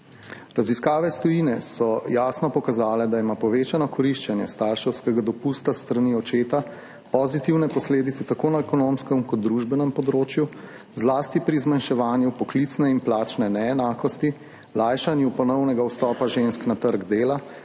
Raziskave iz tujine so jasno pokazale, da ima povečano koriščenje starševskega dopusta s strani očeta pozitivne posledice tako na ekonomskem kot družbenem področju, zlasti pri zmanjševanju poklicne in plačne neenakosti, lajšanju ponovnega vstopa žensk na trg dela